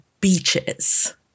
beaches